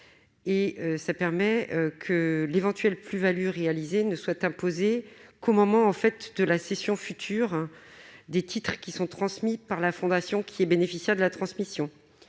dotations et que l'éventuelle plus-value réalisée ne soit imposée qu'au moment de la cession future des titres transmis par la fondation bénéficiaire de la transmission.